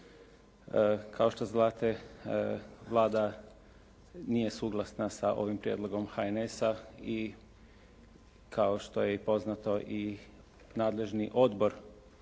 Kao što znate, Vlada nije suglasna sa ovim prijedlogom HNS-a i kao što je i poznato i nadležni Odbor za